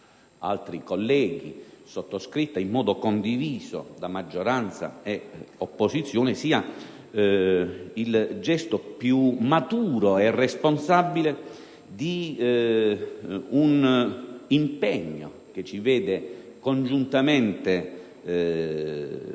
altri colleghi, sottoscritta in modo condiviso da maggioranza e opposizione, sia il gesto più maturo e responsabile di un impegno che ci vede congiuntamente protesi